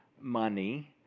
money